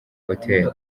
hotel